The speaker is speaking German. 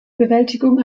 bewältigung